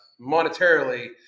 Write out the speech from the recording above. monetarily